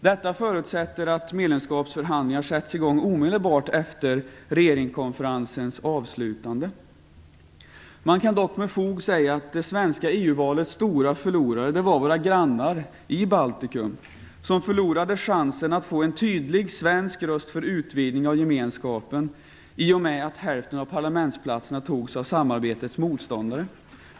Detta förutsätter att medlemskapsförhandlingar sätts i gång omedelbart efter regeringskonferensens avslutande. Man kan dock med fog säga att det svenska EU valets stora förlorare var våra grannar i Baltikum, som förlorade chansen att få en tydlig svensk röst för utvidgning av gemenskapen i och med att hälften av parlamentsplatserna togs av samarbetets motståndare.